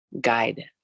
guide